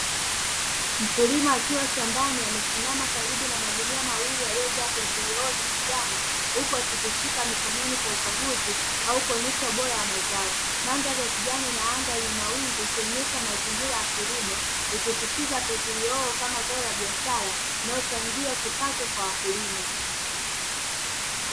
Mkulima akiwa shambani amesimama karibu na magunia mawili yaliyojaa pilipili hoho za kijani huku akizishika mikononi kwa ukaguzi au kuonyesha ubora wa mazao. Mandhari ya kijani na anga yenye mawingu ikionyesha mazingira ya kilimo ikisisitiza pilipili hoho kama zao la biashara linalochangia kipato kwa wakulima.